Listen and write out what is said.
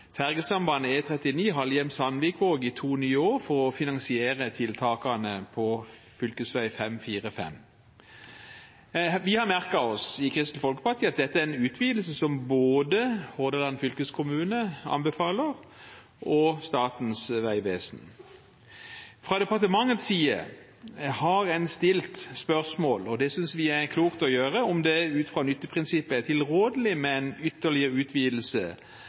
I Kristelig Folkeparti har vi merket oss at dette er en utvidelse som både Hordaland fylkeskommune og Statens vegvesen anbefaler. Fra departementets side har en stilt spørsmål – og det synes vi er klokt å gjøre – om det ut fra nytteprinsippet er tilrådelig med en ytterligere utvidelse